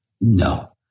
No